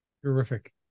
Terrific